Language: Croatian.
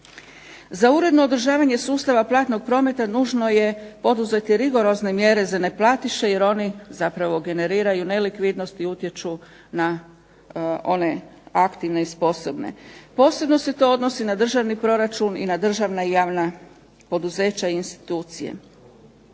Za uredno održavanje sustava platnog prometa nužno je poduzeti rigorozne mjere za neplatiše jer oni zapravo generiraju nelikvidnost i utječu na one aktivne i sposobne. Posebno se to odnosi na državni proračun i državna poduzeća i institucije.